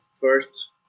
first